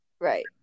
Right